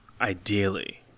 Ideally